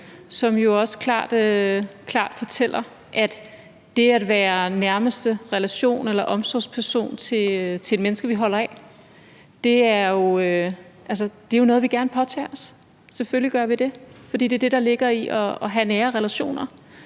som også klart fortæller, at det at være nærmeste relation eller omsorgsperson til et menneske, vi holder af, jo er noget, vi gerne påtager os. Selvfølgelig gør vi det, for det er det, der ligger i at have nære relationer